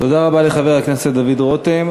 תודה רבה לחבר הכנסת דוד רותם.